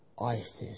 ISIS